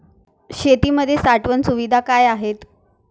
शेतीमध्ये साठवण सुविधा काय आहेत?